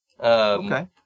okay